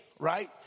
right